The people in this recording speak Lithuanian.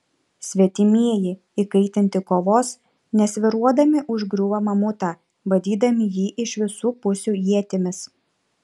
svetimieji įkaitinti kovos nesvyruodami užgriūva mamutą badydami jį iš visų pusių ietimis